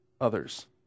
others